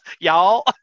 y'all